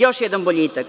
Još jedan boljitak.